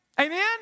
Amen